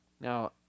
Now